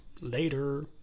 Later